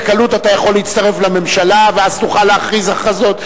בקלות אתה יכול להצטרף לממשלה ואז תוכל להכריז הכרזות.